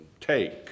take